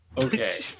Okay